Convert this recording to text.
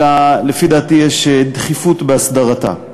אלא לפי דעתי יש דחיפות בהסדרתה.